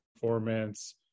performance